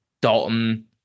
Dalton